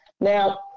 Now